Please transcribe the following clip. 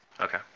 Okay